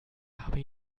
habe